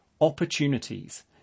Opportunities